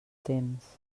temps